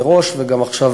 מראש, וגם עכשיו.